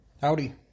Howdy